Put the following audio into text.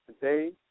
today